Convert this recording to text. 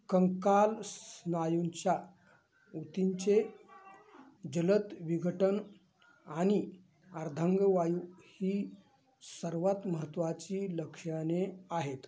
कंकाल स्नायूंच्या ऊतींचे जलद विघटन आणि अर्धांगवायू ही सर्वात महत्त्वाची लक्षणे आहेत